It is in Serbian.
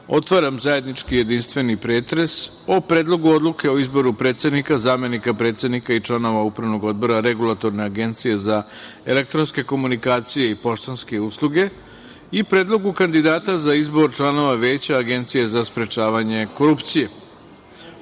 otvaram zajednički jedinstveni pretres o: Predlogu odluke o izboru predsednika, zamenika predsednika i članova Upravnog odbora Regulatorne agencije za elektronske komunikacije i poštanske usluge i Predlogu kandidata za izbor članova veća Agencije za sprečavanje korupcije. Samo